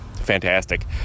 fantastic